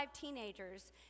teenagers